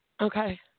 Okay